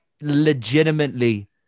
legitimately